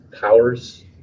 powers